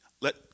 let